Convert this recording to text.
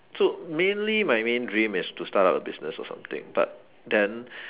so mainly my main dream is to start up a business or something but then